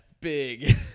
big